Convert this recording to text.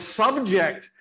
subject